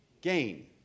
gain